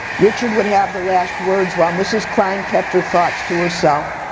richard would have the last words while mrs. klein kept her thoughts to herself.